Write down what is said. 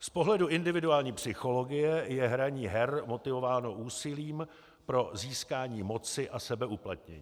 Z pohledu individuální psychologie je hraní her motivováno úsilím pro získání moci a sebeuplatnění.